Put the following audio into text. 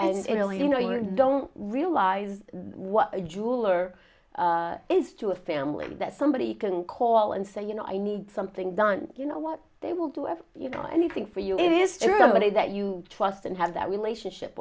know you know you don't realize what a jeweler is to a family that somebody can call and say you know i need something done you know what they will do anything for you it is germany that you trust and have that relationship